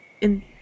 in-